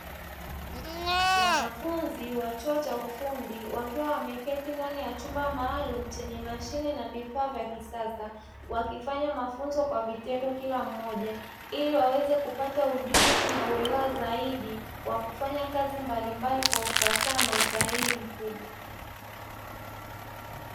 Wanafunzi wa chuo cha ufundi wakiwa wameketi ndani ya chumba maalumu chenye mashine na vifaa vya kisasa, wakifanya mafunzo kwa vitendo kila mmoja ili waweze kupata ujuzi na uelewa zaidi wa kufanya kazi mbalimbali kwa ufasaha na usahihi mkubwa.